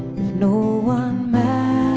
if no one marries